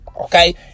okay